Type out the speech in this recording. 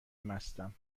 مستم